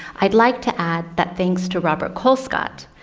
i'd like to add that things to robert colescott,